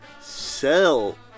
sell